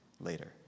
later